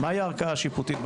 מהי הערכאה השיפוטית,